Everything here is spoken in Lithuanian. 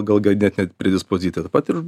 gal genetinė predispozicija taip pat ir